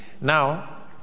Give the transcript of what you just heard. Now